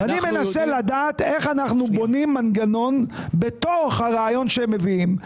אני מנסה לדעת איך אנחנו בונים מנגנון בתוך הרעיון שהם מביאים.